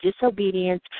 disobedience